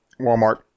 Walmart